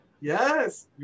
Yes